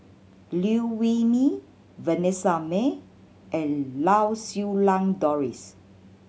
Liew Wee Mee Vanessa Mae and Lau Siew Lang Doris